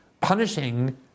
punishing